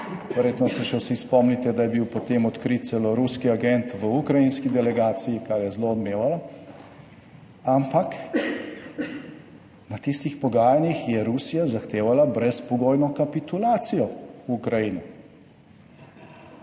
verjetno se še vsi spomnite, da je bil potem odkrit celo ruski agent v ukrajinski delegaciji, kar je zelo odmevalo, ampak, na tistih pogajanjih je Rusija zahtevala brezpogojno kapitulacijo Ukrajine.